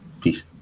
Peace